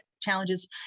challenges